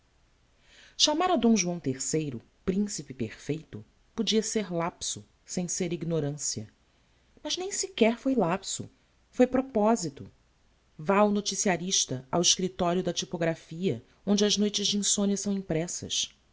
d joão iii principe perfeito podia ser lapso sem ser ignorancia mas nem sequer foi lapso foi proposito vá o noticiarista ao escriptorio da typographia onde as noites de insomnia são impressas